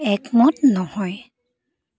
একমত নহয়